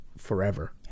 Forever